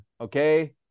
okay